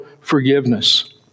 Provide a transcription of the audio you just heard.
forgiveness